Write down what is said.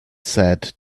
said